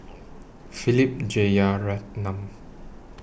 Philip Jeyaretnam